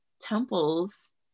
temples